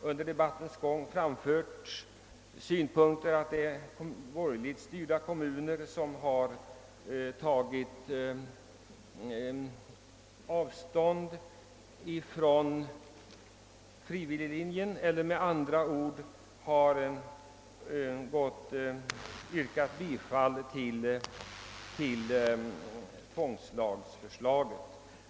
Under debatten har den synpunkten framförts, att borgerligt styrda kommuner har tillstyrkt tvångslagförslaget.